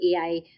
AI